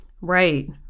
Right